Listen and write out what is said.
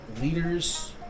leaders